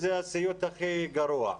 זה הסיוט הכי גרוע.